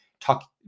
talk